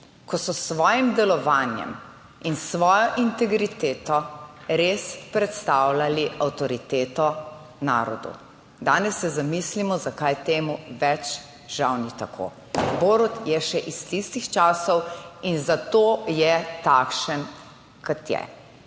Ko so s svojim delovanjem in s svojo integriteto res predstavljali avtoriteto narodu. Danes se zamislimo, zakaj temu več žal ni tako. Borut je še iz tistih časov in zato je takšen kot je.